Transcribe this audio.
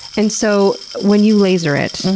and so, when you laser it,